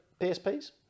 PSPs